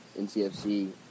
NCFC